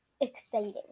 exciting